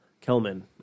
Kelman